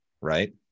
right